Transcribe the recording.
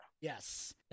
Yes